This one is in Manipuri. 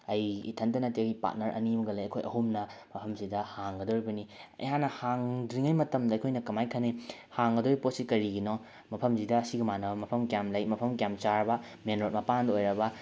ꯑꯩ ꯏꯊꯟꯗ ꯅꯠꯇꯦ ꯑꯩ ꯄꯥꯠꯅꯔ ꯑꯅꯤ ꯑꯃꯒ ꯂꯩ ꯑꯩꯈꯣꯏ ꯑꯍꯨꯝꯅ ꯃꯐꯝꯁꯤꯗ ꯍꯥꯡꯒꯗꯧꯔꯤꯕꯅꯤ ꯑꯩꯍꯥꯛꯅ ꯍꯥꯡꯗ꯭ꯔꯤꯉꯩ ꯃꯇꯝꯗ ꯑꯩꯈꯣꯏꯅ ꯀꯃꯥꯏꯅ ꯈꯟꯅꯩ ꯍꯥꯡꯒꯗꯧꯔꯤꯕ ꯄꯣꯠꯁꯤ ꯀꯔꯤꯒꯤꯅꯣ ꯃꯐꯝꯁꯤꯗ ꯁꯤꯒ ꯃꯥꯟꯅꯕ ꯃꯐꯝ ꯀꯌꯥꯝ ꯂꯩ ꯃꯐꯝ ꯀꯌꯥꯝ ꯆꯥꯔꯕ ꯃꯦꯟ ꯔꯣꯠ ꯃꯄꯥꯟ ꯑꯣꯏꯔꯕ